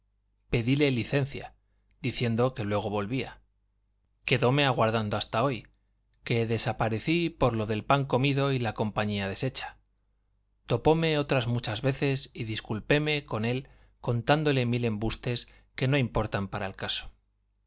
pedíle licencia diciendo que luego volvía quedóme aguardando hasta hoy que desaparecí por lo del pan comido y la compañía deshecha topóme otras muchas veces y disculpéme con él contándole mil embustes que no importan para el caso